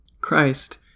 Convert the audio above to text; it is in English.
Christ